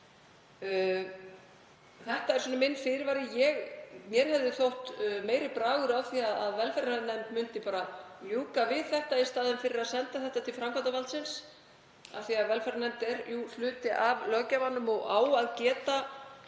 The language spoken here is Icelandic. Þetta er fyrirvari minn. Mér hefði þótt meiri bragur að því að velferðarnefnd myndi bara ljúka við þetta í staðinn fyrir að senda þetta til framkvæmdarvaldsins, af því að velferðarnefnd er hluti af löggjafanum og á að geta